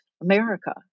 America